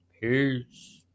peace